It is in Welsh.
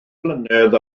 flynedd